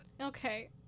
okay